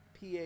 PA